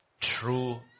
true